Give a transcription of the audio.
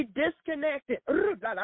disconnected